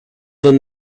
than